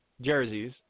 Jerseys